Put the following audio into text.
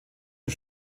und